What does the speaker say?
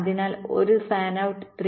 അതിനാൽ ഒരു fan out 3